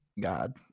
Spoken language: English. God